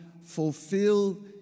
fulfill